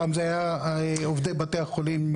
פעם זה היה עובדי בתי החולים.